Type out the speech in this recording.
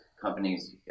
companies